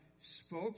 spoke